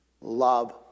love